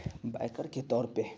biker کے طور پہ